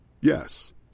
Yes